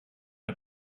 der